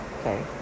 okay